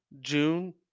june